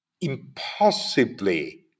impossibly